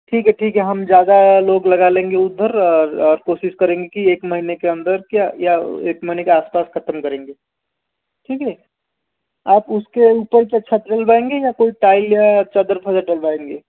ठीक है ठीक है हम ज़्यादा लोग लगा लेंगे उधर और और कोशिश करेंगे कि एक महीने के अंदर क्या या एक महीने के आस पास ख़त्म करेंगे ठीक है आप उसके ऊपर क्या छत डलवाएंगे या कोई टाइल या चादर फादर डलवाएंगे